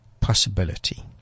possibility